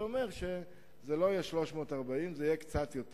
זה אומר שזה לא יהיה 340. זה יהיה קצת יותר.